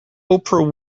oprah